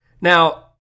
Now